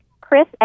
Chris